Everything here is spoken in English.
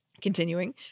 Continuing